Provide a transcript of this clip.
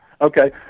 Okay